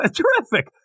terrific